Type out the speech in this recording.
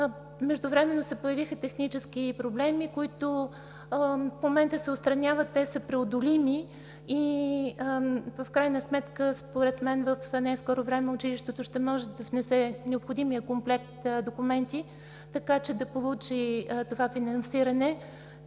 Междувременно се появиха технически проблеми, които в момента се отстраняват – те са преодолими. В крайна сметка според мен в най-скоро време училището ще може да внесе необходимия комплект документи, така че да получи това финансиране.